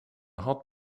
had